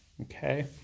okay